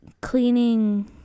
cleaning